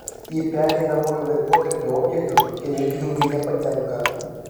į pereinamojo laikotarpio objektą tokie ūkininkai nepatenka